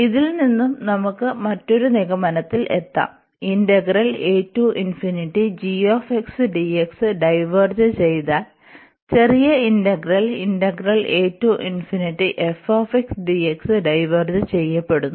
ഇതിൽനിന്നും നമുക്കു മറ്റൊരു നിഗമനത്തിൽ എത്താം ഡൈവേർജ് ചെയ്താൽ ചെറിയ ഇന്റഗ്രൽ ഡൈവേർജ് ചെയ്യപ്പെടുന്നു